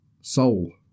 Soul